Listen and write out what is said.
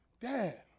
Dad